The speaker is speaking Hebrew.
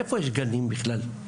איפה יש גנים בכלל?